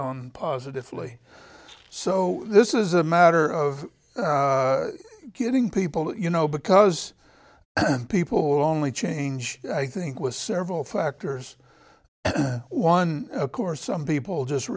on positively so this is a matter of getting people you know because people only change i think with several factors one of course some people just